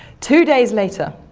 two days later,